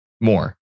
more